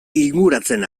inguratzen